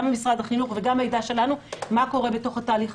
גם ממשרד החינוך וגם מידע שלנו לגבי מה שקורה בתוך התהליך.